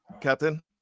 Captain